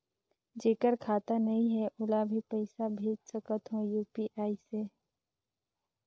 जेकर खाता नहीं है ओला भी पइसा भेज सकत हो यू.पी.आई से?